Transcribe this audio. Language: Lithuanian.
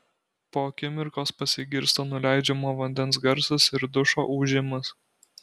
po akimirkos pasigirsta nuleidžiamo vandens garsas ir dušo ūžimas